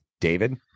david